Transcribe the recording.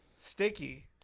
sticky